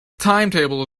timetable